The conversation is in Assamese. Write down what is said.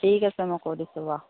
ঠিক আছে মই কৈ দিছো বাৰু